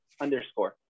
underscore